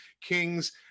kings